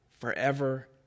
forever